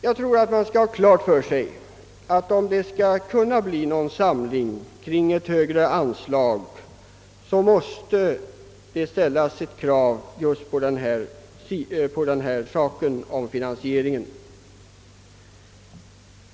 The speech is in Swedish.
Jag tror att man bör göra klart för sig att om det skall kunna bli någon verklig samling i år kring ett högre anslag till detta ändamål, så måste finansieringssättet anges.